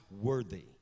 worthy